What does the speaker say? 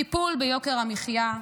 טיפול ביוקר המחיה,